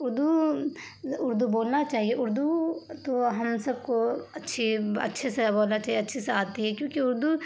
اردو اردو بولنا چاہیے اردو تو ہم سب کو اچھی اچھے سے بولنا چاہیے اچھے سے آتی ہے کیونکہ اردو